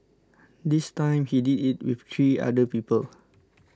this time he did it with three other people